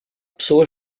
pessoas